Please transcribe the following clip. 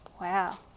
Wow